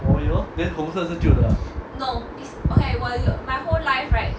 then 红色是旧的 ah